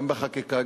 גם בחקיקה,